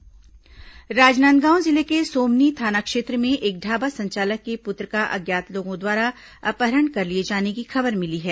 अपहरण राजनांदगांव जिले के सोमनी थाना क्षेत्र में एक ढाबा संचालक के पुत्र का अज्ञात लोगों द्वारा अपहरण कर लिए जाने की खबर मिली है